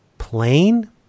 Plain